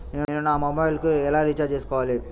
నేను నా మొబైల్కు ఎలా రీఛార్జ్ చేసుకోవాలి?